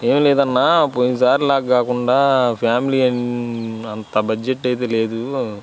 ఏం లేదన్నా పోయినసారిలా కాకుండా ఫ్యామిలీ అ అంత బడ్జెట్ అయితే లేదు